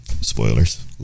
Spoilers